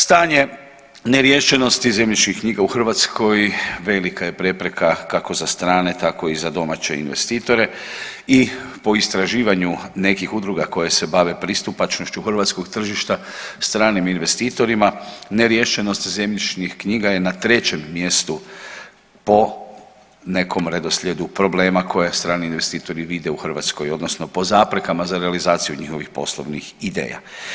Stanje neriješenosti zemljišnih knjiga u Hrvatskoj velika je prepreka kako za strane tako i za domaće investitore i po istraživanju nekih udruga koje se bave pristupačnošću hrvatskog tržišta stranim investitorima ne riješenost zemljišnih knjiga je na trećem mjestu po nekom redoslijedu problema koje strani investitori vide u Hrvatskoj, odnosno po zaprekama za realizaciju njihovih poslovnih ideja.